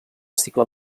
cicle